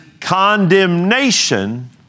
condemnation